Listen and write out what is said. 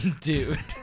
dude